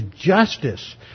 justice